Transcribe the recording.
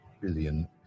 billion